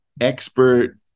expert